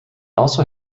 also